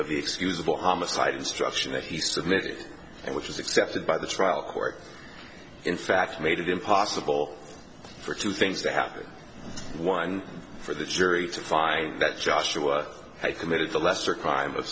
the excusable homicide instruction that he submitted and which was accepted by the trial court in fact made it impossible for two things to happen one for the jury to find that joshua they committed the lesser crime of